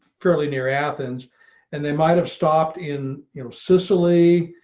fairly near athens and they might have stopped in you know sicily,